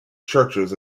churches